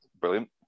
brilliant